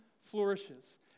flourishes